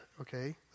okay